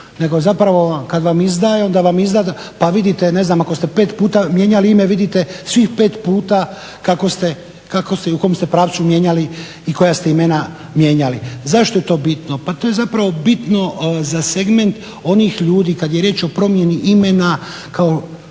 nego zapravo kad vam izdaje onda vam izda pa vidite ne znam ako ste 5 puta mijenjali ime vidite svih 5 puta kako ste i u kom ste pravcu mijenjali i koja ste imena mijenjali. Zašto je to bitno? Pa to je zapravo bitno za segment onih ljudi kad je riječ o promjeni imena kao,